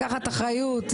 לקחת אחריות.